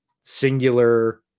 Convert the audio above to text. singular